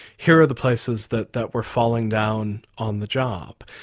here are the places that that we're falling down on the job.